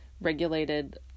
regulated